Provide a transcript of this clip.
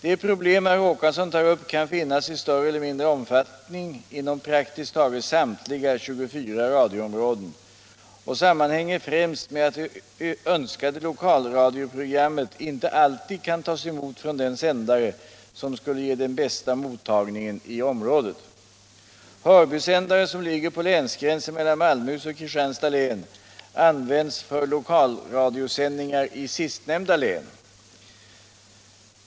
De problem herr Håkansson tar upp kan finnas i större eller mindre omfattning inom praktiskt taget samtliga 24 radioområden och sammanhänger främst med att det önskade lokalradioprogrammet inte alltid kan tas emot från den sändare som skulle ge den bästa mottagningen i området. Hörbysändaren, som ligger på länsgränsen mellan Malmöhus och Kristianstads län, används för lokalradiosändningar i sistnämnda län.